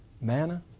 manna